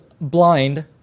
blind